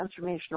transformational